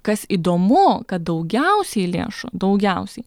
kas įdomu kad daugiausiai lėšų daugiausiai